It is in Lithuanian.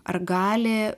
ar gali